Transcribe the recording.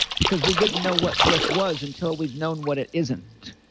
because we wouldn't know what bliss was until we've known what it isn't.